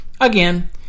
again